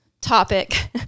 topic